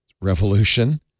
revolution